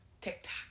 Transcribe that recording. TikTok